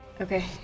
Okay